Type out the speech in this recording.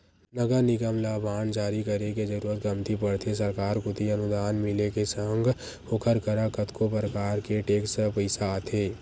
नगर निगम ल बांड जारी करे के जरुरत कमती पड़थे सरकार कोती अनुदान मिले के संग ओखर करा कतको परकार के टेक्स पइसा आथे